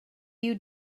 you